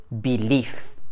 belief